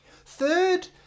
Third